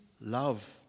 Love